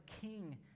king